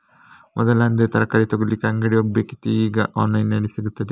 ಮೊದಲಾದ್ರೆ ತರಕಾರಿ ತಗೊಳ್ಳಿಕ್ಕೆ ಅಂಗಡಿಗೆ ಹೋಗ್ಬೇಕಿತ್ತು ಈಗ ಆನ್ಲೈನಿನಲ್ಲಿ ಸಿಗ್ತದೆ